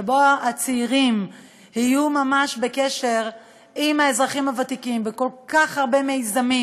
שבו הצעירים יהיו ממש בקשר עם האזרחים הוותיקים בכל כך הרבה מיזמים,